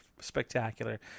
spectacular